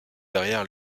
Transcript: derrière